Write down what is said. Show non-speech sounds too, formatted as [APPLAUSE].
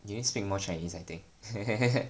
you need speak more chinese I think [LAUGHS]